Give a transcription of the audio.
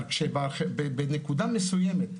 אבל כשבנקודה מסוימת,